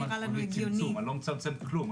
אני לא מצמצם כלום,